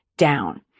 down